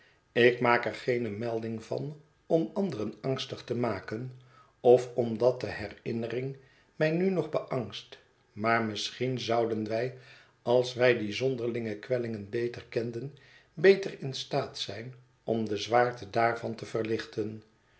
ik maak er geene melding van om anderen angstig te maken of omdat de herinnering mij nu nog beangst maar misschien zouden wij als wij die zonderlinge kwellingen beter kenden beter in staat zijn om de zwaarte daarvan te verlichten